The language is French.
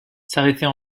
s’arrêter